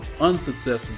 unsuccessful